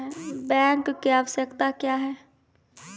Bank की आवश्यकता क्या हैं?